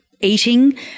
eating